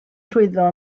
llwyddo